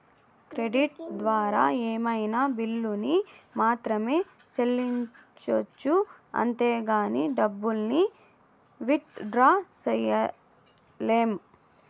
credit ద్వారా ఏమైనా బిల్లుల్ని మాత్రమే సెల్లించొచ్చు అంతేగానీ డబ్బుల్ని విత్ డ్రా సెయ్యలేం